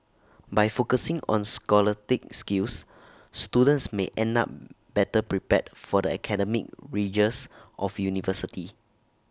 by focusing on scholastic skills students may end up better prepared for the academic rigours of university